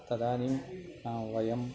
तदानीं वयम्